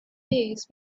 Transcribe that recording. days